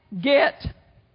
get